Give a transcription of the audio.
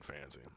fancy